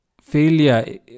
failure